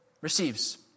receives